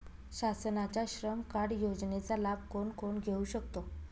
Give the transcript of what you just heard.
शासनाच्या श्रम कार्ड योजनेचा लाभ कोण कोण घेऊ शकतो?